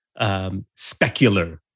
specular